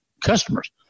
customers